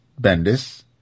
Bendis